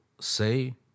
say